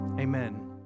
Amen